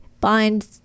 Bind